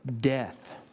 death